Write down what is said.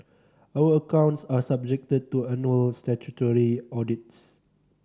our accounts are subjected to annual statutory audits